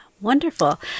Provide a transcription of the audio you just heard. wonderful